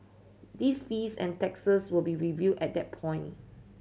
these fees and taxes will be reviewed at that point